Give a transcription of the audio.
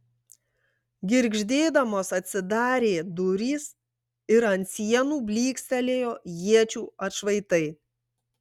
girgždėdamos atsidarė durys ir ant sienų blykstelėjo iečių atšvaitai